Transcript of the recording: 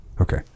Okay